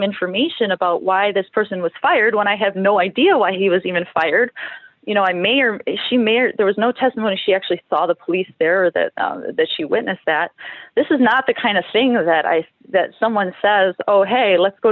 information about why this person was fired when i have no idea why he was even fired you know i may or she may or there was no testimony she actually saw the police there that she witnessed that this is not the kind of thing that i that someone says oh hey let's go